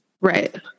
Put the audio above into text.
Right